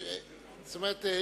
זאת אומרת,